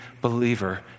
believer